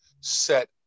set